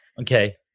Okay